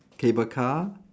cable car